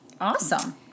Awesome